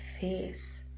face